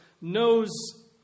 knows